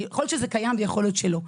יכול להיות שזה קיים ויכול להיות שלא.